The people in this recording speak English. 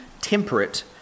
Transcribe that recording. temperate